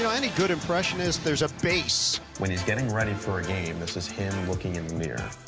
you know any good impression is there's a base. when he's getting ready for a game, this is him looking in the mirror.